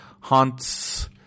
haunts